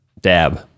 dab